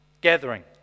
gathering